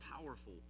powerful